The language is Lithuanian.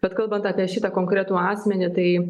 bet kalbant apie šitą konkretų asmenį tai